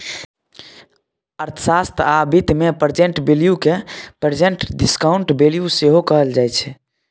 अर्थशास्त्र आ बित्त मे प्रेजेंट वैल्यू केँ प्रेजेंट डिसकांउटेड वैल्यू सेहो कहल जाइ छै